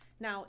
Now